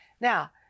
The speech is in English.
now